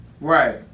Right